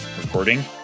recording